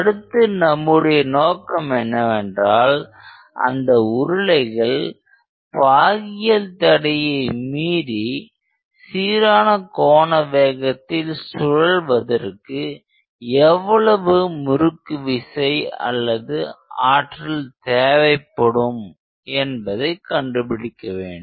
அடுத்து நம்முடைய நோக்கம் என்னவென்றால் அந்த உருளைகள் பாகியல் தடையை மீறி சீரான கோண வேகத்தில் சுழல்வதற்கு எவ்வளவு முறுக்குவிசை அல்லது ஆற்றல் தேவைப்படும் என்பதை கண்டுபிடிக்க வேண்டும்